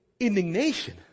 Indignation